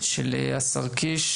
של השר קיש.